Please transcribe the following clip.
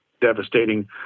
devastating